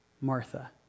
Martha